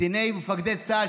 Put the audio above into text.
קציני ומפקדי צה"ל,